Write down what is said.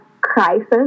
crisis